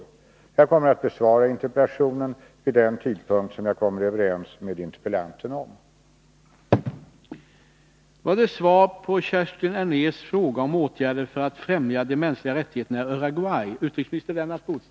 Jag kommer att besvara interpellationen vid den tidpunkt som jag kommer överens med interpellanten om.